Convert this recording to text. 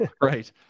Right